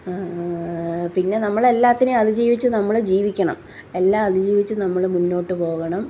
പിന്നെ നമ്മൾ എല്ലാത്തിനേയും അതിജീവിച്ചു നമ്മൾ ജീവിക്കണം എല്ലാം അതിജീവിച്ചു നമ്മൾ മുന്നോട്ട് പോകണം